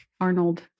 Arnold